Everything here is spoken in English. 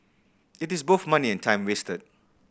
it is both money and time wasted